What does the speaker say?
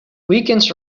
weekends